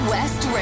West